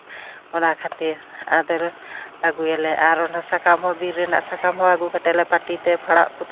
ᱚᱱᱟ ᱠᱷᱟᱹᱛᱤᱨ ᱟᱫᱚᱞᱮ ᱟᱹᱜᱩᱭᱟᱞᱮ ᱟᱨ ᱚᱱᱟ ᱥᱟᱠᱟᱢ ᱦᱚᱸ ᱵᱤᱨ ᱨᱮᱱᱟᱜ ᱥᱟᱠᱟᱢ ᱦᱚᱸ ᱟᱹᱜᱩ ᱠᱟᱛᱮᱫ ᱞᱮ ᱯᱟᱹᱴᱤᱛᱮ ᱯᱷᱟᱲᱟᱜᱼᱯᱷᱩᱲᱩᱜ